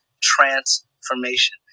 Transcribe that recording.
transformation